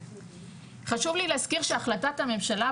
חשוב לי להזכיר שהחלטת הממשלה,